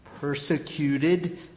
persecuted